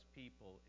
people